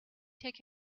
take